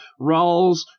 Rawls